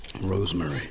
rosemary